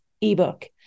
ebook